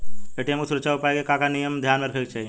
ATM के सुरक्षा उपाय के का का नियम ध्यान में रखे के चाहीं?